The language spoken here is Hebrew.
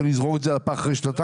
שאני אזרוק את זה לפח אחרי שנתיים?